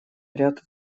ряд